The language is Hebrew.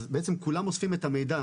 אז כולם אוספים את המידע.